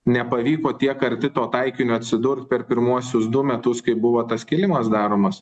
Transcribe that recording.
nepavyko tiek arti to taikinio atsidurt per pirmuosius du metus kai buvo tas kilimas daromas